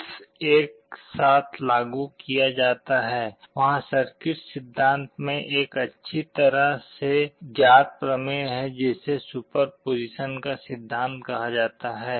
bits एक साथ लागू किया जाता है वहाँ सर्किट सिद्धांत में एक अच्छी तरह से ज्ञात प्रमेय है जिसे सुपरपोज़िशन के सिद्धांत कहा जाता है